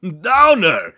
Downer